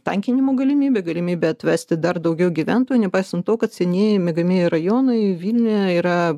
tankinimų galimybė galimybė atvesti dar daugiau gyventojų nepaisant to kad senieji miegamieji rajonai vilniuje yra